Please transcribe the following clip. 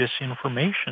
disinformation